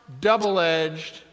double-edged